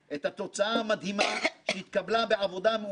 ועל כן תודתי ותודת חברי הוועדה